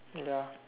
ya